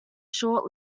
short